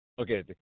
Okay